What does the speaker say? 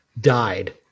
died